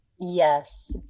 Yes